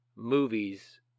Movies